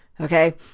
Okay